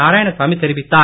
நாராயணசாமி தெரிவித்தார்